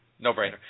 No-brainer